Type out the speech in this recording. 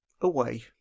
away